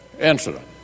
incident